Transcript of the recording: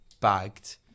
bagged